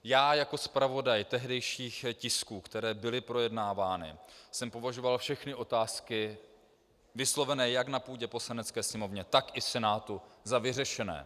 Já jako zpravodaj tehdejších tisků, které byly projednávány, jsem považoval všechny otázky vyslovené jak na půdě Poslanecké sněmovny, tak i Senátu za vyřešené.